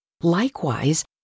Likewise